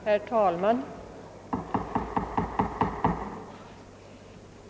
Herr talman!